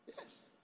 Yes